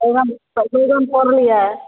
बैगन बैगन तोड़लियै